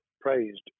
praised